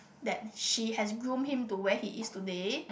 that she has groom him to where he is today